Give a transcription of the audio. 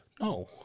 No